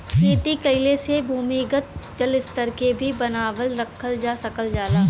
खेती कइले से भूमिगत जल स्तर के भी बनावल रखल जा सकल जाला